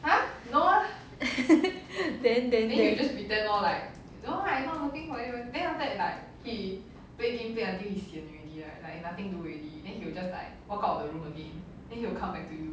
then then then